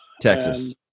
Texas